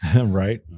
right